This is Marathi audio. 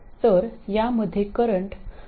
तर यामध्ये करंट प्रमाण 1mA आहे